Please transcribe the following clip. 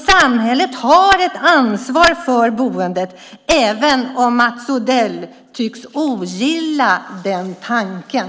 Samhället har ett ansvar för boendet, även om Mats Odell tycks ogilla den tanken.